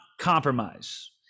compromise